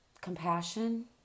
compassion